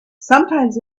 sometimes